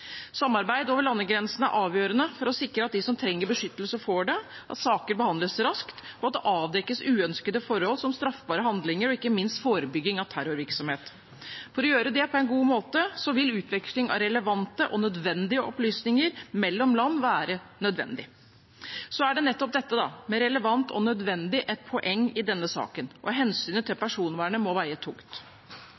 Samarbeid over landegrensene er avgjørende for å sikre at de som trenger beskyttelse, får det, at saker behandles raskt, og at det avdekkes uønskede forhold, som straffbare handlinger og ikke minst forebygging av terrorvirksomhet. For å gjøre det på en god måte vil utveksling av relevante og nødvendige opplysninger mellom land være nødvendig. Så er nettopp dette med «relevant og nødvendig» et poeng i denne saken, og hensynet til